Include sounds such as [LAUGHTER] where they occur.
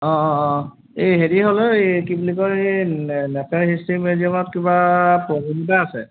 অঁ অঁ অঁ অঁ এই হেৰি হ'ল ঐ এই কি বুলি কয় এই [UNINTELLIGIBLE] ডিষ্ট্ৰীক্ট মিউজিয়ামত কিবা প্ৰগ্ৰেম এটা আছে